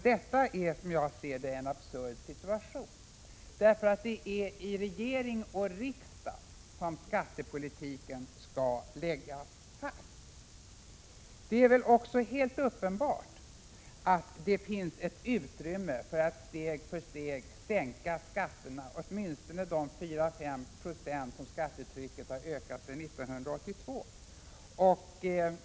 Detta är, som jag ser det, en absurd situation, eftersom det är i regering och riksdag som skattepolitiken skall läggas fast. Det är helt uppenbart att det finns ett utrymme för att steg för steg sänka skatterna, till en början åtminstone de 4-5 26 som skattetrycket har ökat sedan 1982.